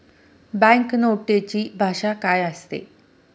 Bank नोटेची भाषा काय असते?